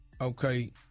Okay